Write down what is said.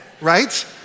right